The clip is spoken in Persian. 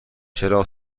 چرا